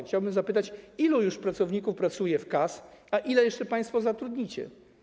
Chciałbym zapytać, ilu pracowników już pracuje w KAS i ilu jeszcze państwo zatrudnicie.